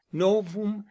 novum